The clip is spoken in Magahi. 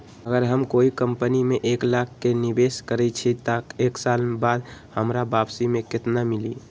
अगर हम कोई कंपनी में एक लाख के निवेस करईछी त एक साल बाद हमरा वापसी में केतना मिली?